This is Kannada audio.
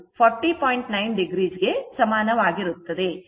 9o ಗೆ ಸಮಾನವಾಗಿರುತ್ತದೆ